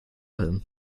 him